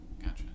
Gotcha